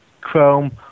Chrome